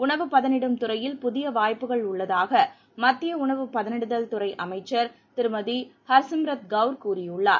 உணவு பதனிடும் துறையில் புதிய வாய்ப்புகள் உள்ளதாக மத்திய உணவு பதனிடுதல் துறை அமைச்சர் திருமதி ஹர்சிம்ரத் கௌர் கூறியுள்ளார்